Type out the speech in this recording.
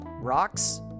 rocks